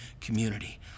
community